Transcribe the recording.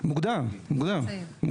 מוקדם מוקדם.